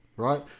Right